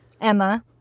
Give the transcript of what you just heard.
Emma